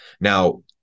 Now